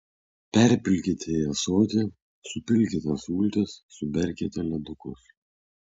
perpilkite į ąsotį supilkite sultis suberkite ledukus